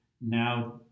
now